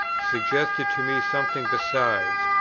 suggested to me something besides,